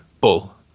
bull